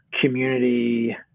community